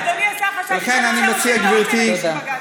אדוני השר, חשבתי, שבג"ץ.